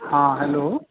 हा हलो